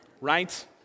Right